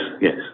yes